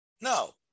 No